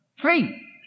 Three